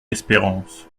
espérance